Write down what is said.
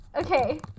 Okay